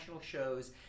shows